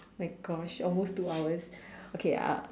my gosh almost two hours okay uh